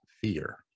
fear